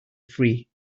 free